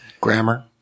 Grammar